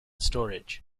storage